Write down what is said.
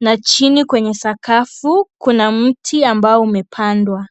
na chini kwenye sakafu kuna mti ambao umepandwa.